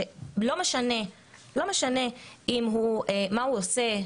לא משנה מה הוא עושה,